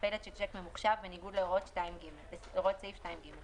מקנות זכויות אבל גם מחייבות מערך ביצועי שלם מאחורי הקלעים.